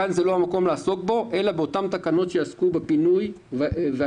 כאן זה לא המקום לעסוק בו אלא בתקנות שיעסקו בפינוי ובקליטה,